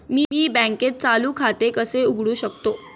मी बँकेत चालू खाते कसे उघडू शकतो?